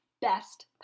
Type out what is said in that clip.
best